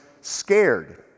scared